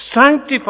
Sanctify